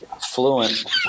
fluent